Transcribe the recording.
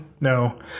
No